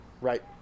right